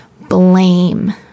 blame